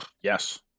Yes